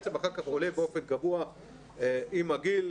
אחר כך הוא עולה באופן קבוע עם הגיל.